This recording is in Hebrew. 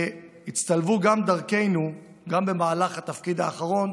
הצטלבו דרכינו גם במהלך התפקיד האחרון